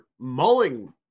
mulling